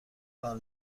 کار